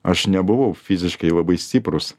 aš nebuvau fiziškai labai stiprūs